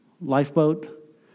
lifeboat